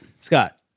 scott